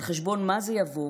על חשבון מה זה יבוא?